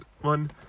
one